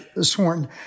sworn